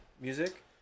music